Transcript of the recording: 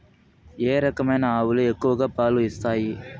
ఏ రకమైన ఆవులు ఎక్కువగా పాలు ఇస్తాయి?